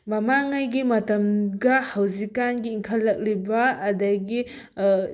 ꯃꯃꯥꯡꯉꯩꯒꯤ ꯃꯇꯝꯒ ꯍꯧꯖꯤꯛꯀꯥꯟꯒꯤ ꯏꯪꯈꯠꯂꯛꯂꯤꯕ ꯑꯗꯒꯤ